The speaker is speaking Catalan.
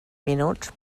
minuts